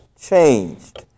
changed